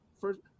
first